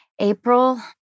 April